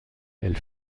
elle